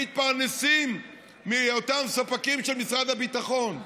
מתפרנסים מהיותם ספקים של משרד הביטחון.